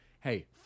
Hey